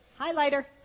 highlighter